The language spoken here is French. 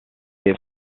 est